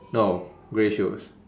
no grey shoes